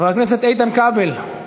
חבר הכנסת איתן כבל.